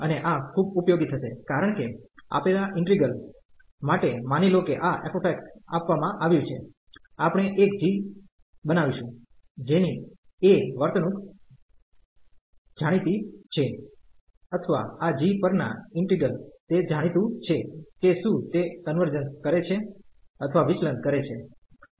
અને આ ખૂબ ઉપયોગી થશે કારણ કે આપેલા ઈન્ટિગ્રલ માટે માની લો કે આ f આપવામાં આવ્યું છે આપણે એક g બનાવીશું જેની a વર્તણૂક જાણીતી છે અથવા આ g પરના ઈન્ટિગ્રલ તે જાણીતું છે કે શું તે કન્વર્જન્સ કરે છે અથવા વિચલન કરે છે